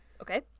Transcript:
okay